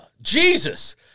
Jesus